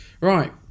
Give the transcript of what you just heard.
Right